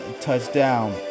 touchdown